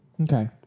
Okay